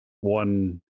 one